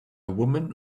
woman